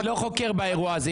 אני לא חוקר באירוע הזה,